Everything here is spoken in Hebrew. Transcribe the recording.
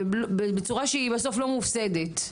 בצורה שלא מופסדת.